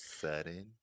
sudden